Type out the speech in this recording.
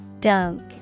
Dunk